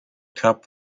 cup